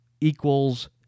equals